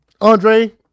Andre